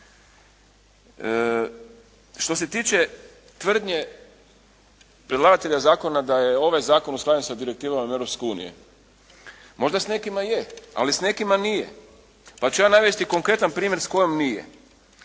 Što se tiče tvrdnje predlagatelja zakona da je ovaj zakon usklađen sa direktivama Europske unije. Možda s nekima je, ali s nekima nije. Pa ću ja navesti konkretan primjer s kojom nije?